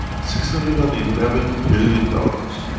six hundred and eleven billion dollars.